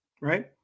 right